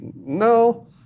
no